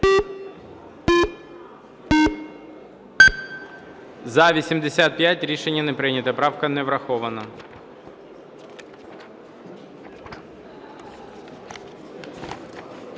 За-74 Рішення не прийнято. Правка не врахована.